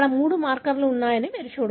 ఇక్కడ మూడు మార్కర్లు ఉన్నాయని మీరు చూడవచ్చు